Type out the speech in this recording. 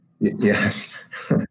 Yes